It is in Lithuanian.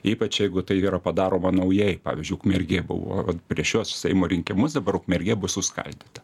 ypač jeigu tai yra padaroma naujai pavyzdžiui ukmergė buvo prieš šiuos seimo rinkimus dabar ukmergė bus suskaidyta